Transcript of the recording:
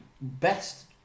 best